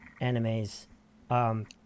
animes